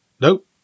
Nope